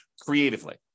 creatively